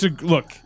Look